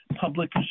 public